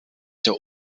der